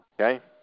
Okay